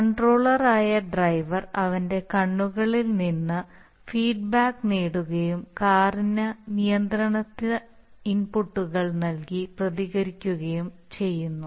കൺട്രോളറായ driver അവന്റെ കണ്ണുകളിൽ നിന്ന് ഫീഡ്ബാക്ക് നേടുകയും കാറിന് നിയന്ത്രണ ഇൻപുട്ടുകൾ നൽകി പ്രതികരിക്കുകയും ചെയ്യുന്നു